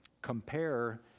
compare